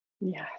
Yes